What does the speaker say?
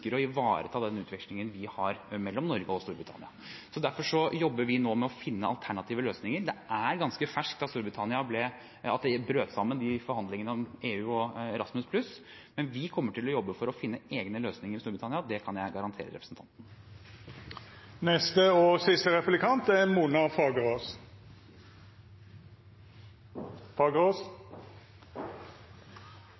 ivareta den utvekslingen vi har mellom Norge og Storbritannia. Derfor jobber vi nå med å finne alternative løsninger. Det er ganske ferskt at forhandlingene om EU og Erasmus+ brøt sammen, men vi kommer til å jobbe for å finne egne løsninger med Storbritannia. Det kan jeg garantere representanten.